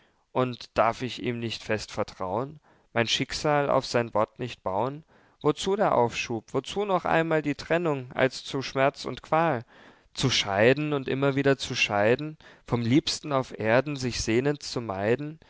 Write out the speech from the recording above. und darf ich ihm nicht fest vertrau'n mein schicksal auf sein wort nicht bau'n wozu der aufschub wozu noch einmal die trennung als zu schmerz und qual zu scheiden und immer wieder zu scheiden vom liebsten auf erden sich sehnend zu meiden